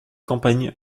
campagne